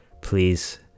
Please